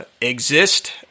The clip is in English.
exist